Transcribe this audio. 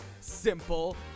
simple